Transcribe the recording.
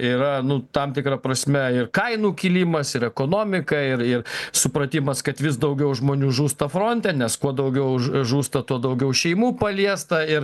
yra nu tam tikra prasme ir kainų kilimas ir ekonomika ir ir supratimas kad vis daugiau žmonių žūsta fronte nes kuo daugiau žūsta tuo daugiau šeimų paliesta ir